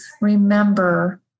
remember